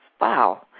wow